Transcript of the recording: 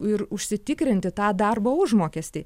ir užsitikrinti tą darbo užmokestį